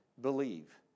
believe